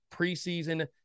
preseason